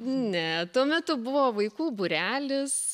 ne tuo metu buvo vaikų būrelis